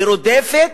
היא רודפת,